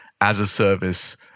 as-a-service